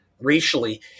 racially